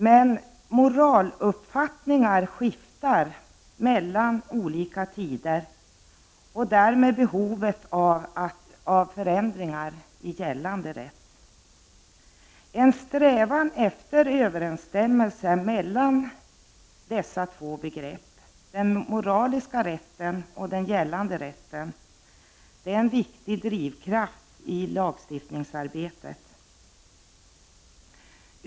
Men moraluppfattningar skiftar mellan olika tider, och därmed skiftar behoven av förändringar i gällande rätt. En strävan efter överensstämmelse mellan dessa två begrepp — den moraliska rätten och den gällande rätten — är en viktig drivkraft i lagstiftningsarbetet.